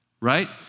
Right